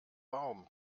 baum